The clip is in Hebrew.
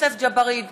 יוסף ג'בארין,